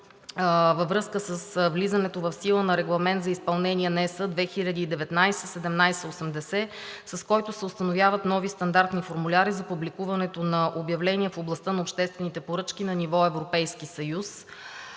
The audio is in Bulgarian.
във връзка с влизането в сила на Регламент за Изпълнение (ЕС) 2019/1780, с който се установяват нови стандартни формуляри за публикуването на обявления в областта на обществените поръчки на ниво Европейски съюз.